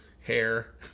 hair